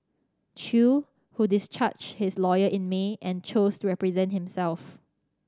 Chew who discharged his lawyer in May and chose to represent himself